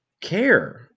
care